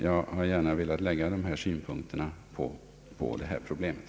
Jag har gärna velat anlägga dessa synpunkter på problemet.